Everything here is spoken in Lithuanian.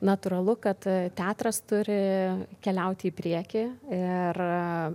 natūralu kad teatras turi keliauti į priekį ir